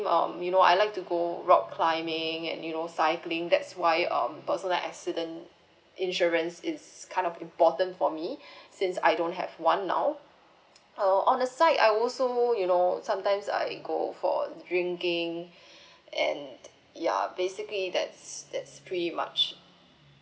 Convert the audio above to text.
um you know I like to go rock climbing and you know cycling that's why um personal accident insurance it's kind of important for me since I don't have one now err on the side I also you know sometimes I go for drinking and ya basically that's that's pretty much